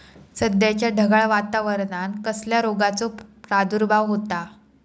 सध्याच्या ढगाळ वातावरणान कसल्या रोगाचो प्रादुर्भाव होता?